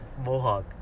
mohawk